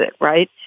Right